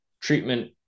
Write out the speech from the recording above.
treatment